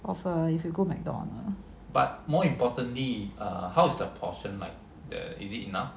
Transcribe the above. of uh if you go mcDonald's